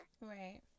right